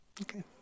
Okay